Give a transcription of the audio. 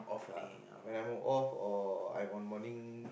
uh when I'm off or I'm on morning